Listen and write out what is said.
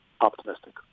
optimistic